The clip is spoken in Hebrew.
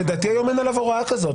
לדעתי היום אין עליו הוראה כזאת.